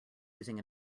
using